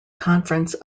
conference